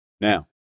Now